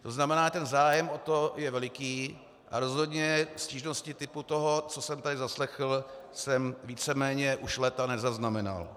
To znamená, zájem o to je veliký a rozhodně stížnosti toho typu, co jsem tady zaslechl, jsem víceméně už léta nezaznamenal.